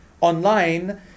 online